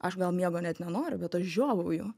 aš gal miego net nenoriu bet aš žiovauju